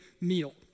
meal